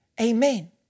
Amen